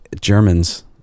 Germans